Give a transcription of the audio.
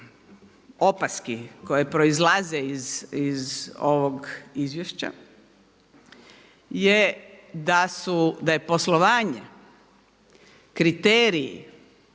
opaski koje proizlaze iz ovog izvješća je da je poslovanje, kriteriji,